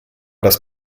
das